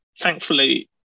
thankfully